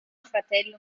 fratello